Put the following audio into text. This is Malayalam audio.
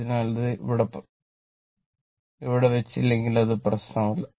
അതിനാൽ നിങ്ങൾ അത് ഇവിടെ വെച്ചില്ലെങ്കിൽ അത് പ്രശ്നമല്ല